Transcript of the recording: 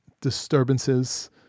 disturbances